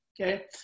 Okay